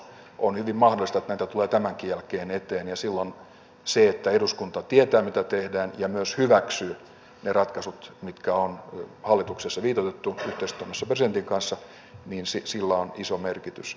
on hyvin mahdollista että näitä tulee tämänkin jälkeen eteen ja silloin sillä että eduskunta tietää mitä tehdään ja myös hyväksyy ne ratkaisut mitkä on hallituksessa viitoitettu yhteistoiminnassa presidentin kanssa on iso merkitys